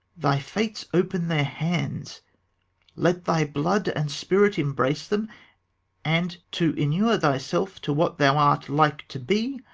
thy fates open their hands let thy blood and spirit embrace them and, to inure thyself to what thou art like to be,